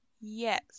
yes